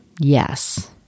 yes